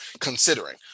considering